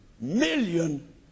million